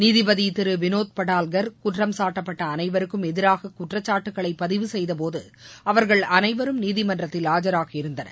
நீதிபதி திரு வினோத் படால்கர் குற்றம் சாட்டப்பட்ட அனைவருக்கும் எதிராக குற்றச்சாட்டுக்களை பதிவு செய்தபோது அவர்கள் அனைவரும் நீதிமன்றத்தில் ஆஜராகி இருந்தனர்